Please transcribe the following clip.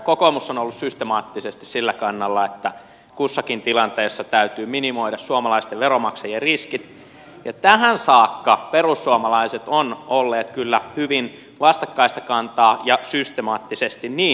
kokoomus on ollut systemaattisesti sillä kannalla että kussakin tilanteessa täytyy minimoida suomalaisten veronmaksajien riskit ja tähän saakka perussuomalaiset ovat olleet kyllä hyvin vastakkaista kantaa ja systemaattisesti niin